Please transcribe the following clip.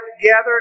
together